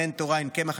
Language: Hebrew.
ואם אין תורה אין קמח.